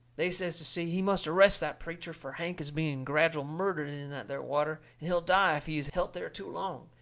they says to si he must arrest that preacher, fur hank is being gradual murdered in that there water, and he'll die if he's helt there too long,